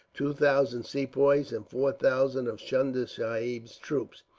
two thousand sepoys, and four thousand of chunda sahib's troops.